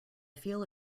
feel